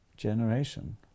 generation